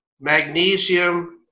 magnesium